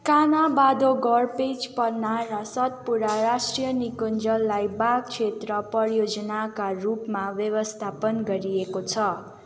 कान्हा बाँधवगढ पेन्च पन्ना र सतपुरा राष्ट्रिय निकुञ्जलाई बाघ क्षेत्र परियोजनाका रूपमा व्यवस्थापन गरिएको छ